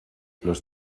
los